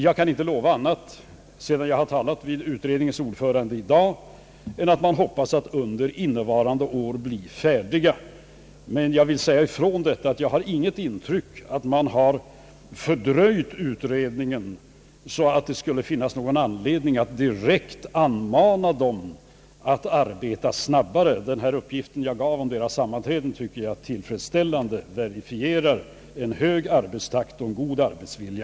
Sedan jag i dag talat med utredningens ordförande, kan jag inte uttala något annat än att man hoppas bli färdig under innevarande år. Jag vill dock säga ifrån att jag inte har något intryck av att man har fördröjt utredningen, så att det skulle finnas någon anledning att direkt anmana den att arbeta snabbare. Den uppgift jag nyss lämnade om utredningens sammanträ den tycker jag tillfredsställande verifierar en hög arbetstakt och god arbetsvilja.